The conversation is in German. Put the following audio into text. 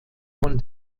von